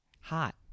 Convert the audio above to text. Hot